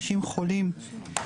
אנשים חולים,